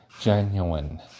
genuine